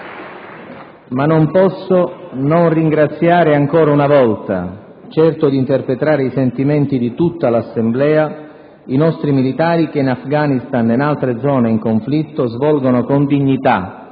Ma non posso non ringraziare ancora una volta, certo di interpretare i sentimenti di tutta l'Assemblea, i nostri militari che in Afghanistan e in altre zone in conflitto svolgono con dignità,